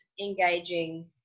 engaging